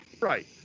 Right